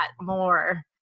more